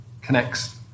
connects